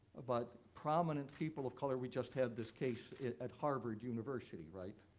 but prominent people of color. we just had this case at harvard university, right,